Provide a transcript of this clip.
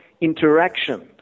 interaction